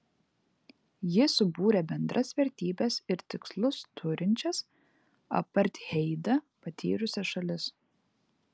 ji subūrė bendras vertybes ir tikslus turinčias apartheidą patyrusias šalis